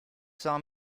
saw